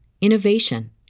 innovation